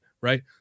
right